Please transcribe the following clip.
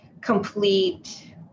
complete